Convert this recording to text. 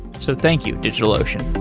so thank you, digitalocean